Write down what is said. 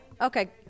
Okay